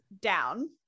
down